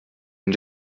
den